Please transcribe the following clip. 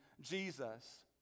Jesus